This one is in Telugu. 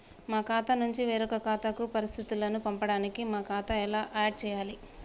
మా ఖాతా నుంచి వేరొక ఖాతాకు పరిస్థితులను పంపడానికి మా ఖాతా ఎలా ఆడ్ చేయాలి?